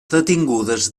detingudes